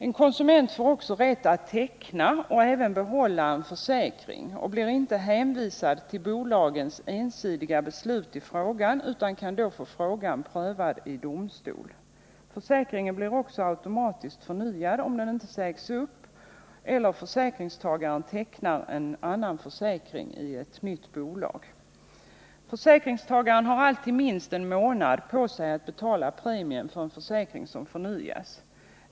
En konsument får också rätt att teckna och även behålla en försäkring och blir inte hänvisad till bolagens ensidiga beslut i frågan utan kan då få frågan prövad i domstol. Försäkringen blir också automatiskt förnyad om den inte sägs upp eller försäkringstagaren tecknar en annan försäkring i ett annat bolag. Försäkringstagaren har alltid minst en månad på sig att betala premien för en försäkring som förnyas.